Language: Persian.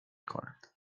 کند